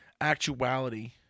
actuality